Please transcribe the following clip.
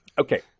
Okay